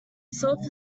self